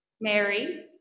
Mary